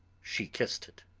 she kissed it.